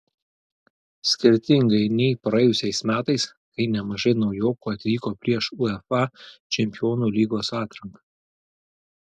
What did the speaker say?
skirtingai nei praėjusiais metais kai nemažai naujokų atvyko prieš uefa čempionų lygos atranką